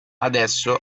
adesso